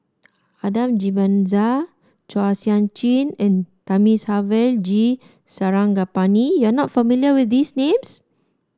Adan Jimenez Chua Sian Chin and Thamizhavel G Sarangapani you are not familiar with these names